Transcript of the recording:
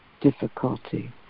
difficulty